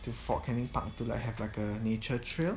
to fort canning park to like have like a nature trail